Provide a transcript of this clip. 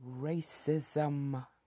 racism